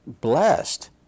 blessed